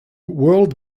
world